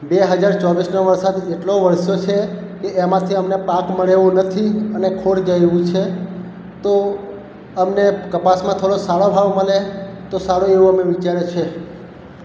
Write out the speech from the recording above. બે હજાર ચોવીસનો વરસાદ એટલો વરસ્યો છે કે એમાંથી અમને પાક મળે એવું નથી અને ખોટ જાય એવું છે તો અમને કપાસમાં થોડો સારો ભાવ મળે તો સારું એવું અમે વિચારીએ છે